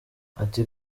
ati